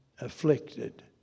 afflicted